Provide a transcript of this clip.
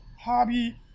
hobby